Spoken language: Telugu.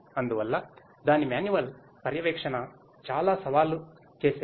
అందువల్ల దాని మాన్యువల్ పర్యవేక్షణ చాలా సవాలు చేసే పని